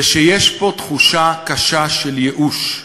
זה שיש פה תחושה קשה של ייאוש,